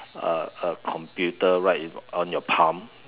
uh computer right in on your palm